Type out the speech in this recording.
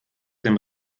dem